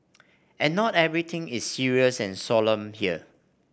and not everything is serious and solemn here